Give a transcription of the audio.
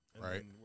right